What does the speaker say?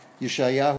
Yeshayahu